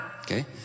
Okay